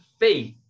faith